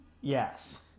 Yes